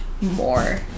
more